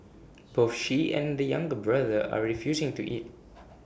both she and the younger brother are refusing to eat